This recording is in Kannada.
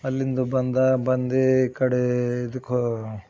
ಅಲ್ಲಿಂದು ಬಂದ ಬಂದು ಈ ಕಡೆ ಇದಕ್ಕೆ ಹೋ